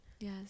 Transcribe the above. Yes